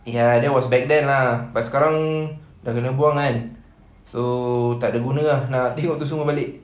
ya that was back then lah but sekarang dah kena buang kan so tak ada guna ah nak tengok tu semua balik